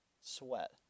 sweat